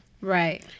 Right